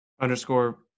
Underscore